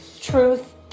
Truth